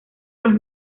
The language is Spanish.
los